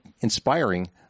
inspiring